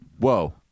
Whoa